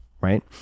right